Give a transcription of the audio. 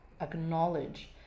acknowledge